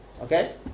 Okay